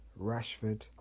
Rashford